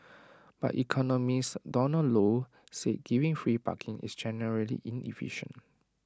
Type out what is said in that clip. but economist Donald low said giving free parking is generally inefficient